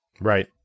Right